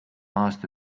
aasta